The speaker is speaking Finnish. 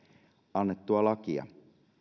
annettua lakia